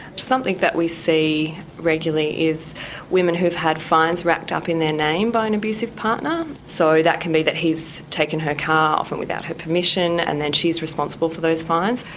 something that we see regularly is women who've had fines racked up in their name by an abusive partner. so that can be that he's taken her car, often without her permission and then she is responsible for those fines.